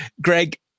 Greg